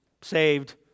Saved